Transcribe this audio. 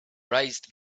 raised